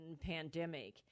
Pandemic